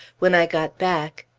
when i got back,